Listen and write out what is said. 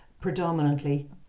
predominantly